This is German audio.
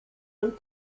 und